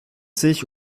sich